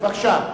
בבקשה.